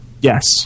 Yes